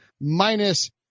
minus